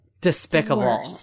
despicable